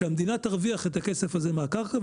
שהמדינה תרוויח את הכסף הזה מהקרקע,